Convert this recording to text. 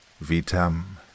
vitam